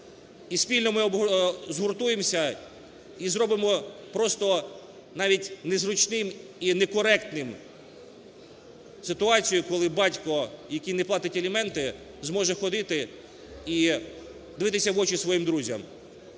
спільно ми згуртуємося і зробимо просто навіть незручним і не коректним ситуацію, коли батько, який не платить аліменти зможе ходити і дивитися в очі своїм друзям.